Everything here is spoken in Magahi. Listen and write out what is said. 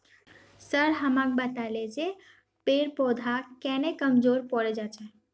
सर हमाक बताले जे पेड़ पौधा केन न कमजोर पोरे जा छेक